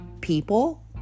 people